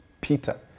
Peter